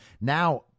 now